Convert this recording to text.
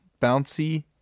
bouncy